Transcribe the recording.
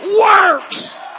works